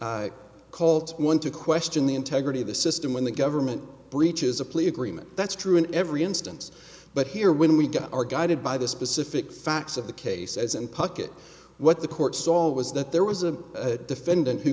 always call to one to question the integrity of the system when the government breaches a plea agreement that's true in every instance but here when we got are guided by the specific facts of the case as and pocket what the court saw was that there was a defendant who